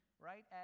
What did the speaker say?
right